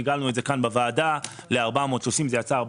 עיגלנו את זה כאן בוועדה ל-430 שקלים,